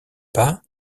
pas